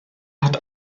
hat